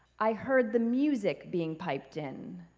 i heard the music being piped in.